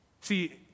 See